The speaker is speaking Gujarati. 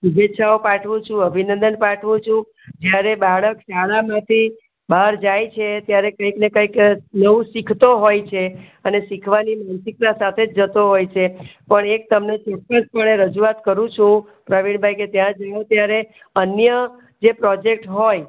શુભેચ્છાઓ પાઠવું છું અભિનંદન પાઠવું છું જ્યારે બાળક શાળામાંથી બહાર જાય છે ત્યારે કંઈકના કંઈક નવું શીખતો હોય છે અને શીખવાની નૈતિકતા સાથે જ જતો હોય છે પણ એક તમને ચોક્કસપણે રજૂઆત કરું છું પ્રવીણભાઈ કે ત્યાં જઈને ત્યારે અન્ય જે પ્રોજેક્ટ હોય